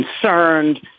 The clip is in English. concerned